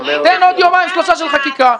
תן עוד יומיים-שלושה של חקיקה,